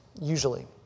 usually